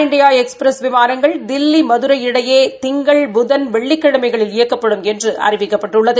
India Express விமானங்கள் தில்லி மதுரை இடையே திங்கள் புதன் வெள்ளிக்கிழமைகளில் ள் இயக்கப்படும் என்று அறிவிக்கப்பட்டுள்ளது